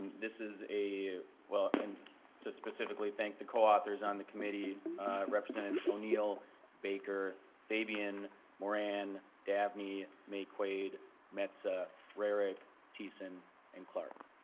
this is a will and so specifically think the co-authors on the committee representative o'neill baker fabian moran davnie maye-quade metsa rarick thissen and clark